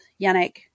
Yannick